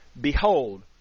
Behold